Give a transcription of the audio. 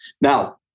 Now